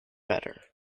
better